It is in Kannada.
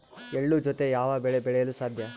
ಎಳ್ಳು ಜೂತೆ ಯಾವ ಬೆಳೆ ಬೆಳೆಯಲು ಸಾಧ್ಯ?